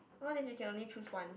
what if you can only choose one